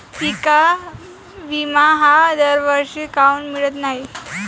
पिका विमा हा दरवर्षी काऊन मिळत न्हाई?